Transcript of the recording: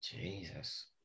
Jesus